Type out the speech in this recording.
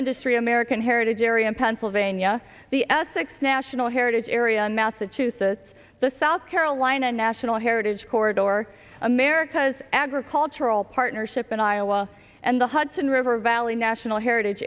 industry american heritage area and pennsylvania the essex national heritage area in massachusetts the south carolina national heritage corridor or america's agricultural partnership in iowa and the hudson river valley national heritage